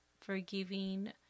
forgiving